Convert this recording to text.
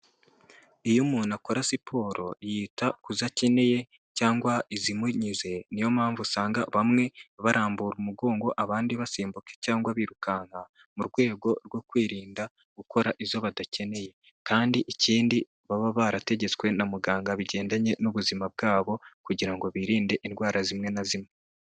Iyo umuntu akora siporo, yita ku zo akeneye, cyangwa izimunyuze, ni yo mpamvu usanga bamwe barambura umugongo, abandi basimbuka cyangwa birukanka, mu rwego rwo kwirinda gukora izo badakeneye. Kandi ikindi baba barategetswe na muganga bigendanye n'ubuzima bwabo, kugira ngo birinde indwara zimwe na zimwe.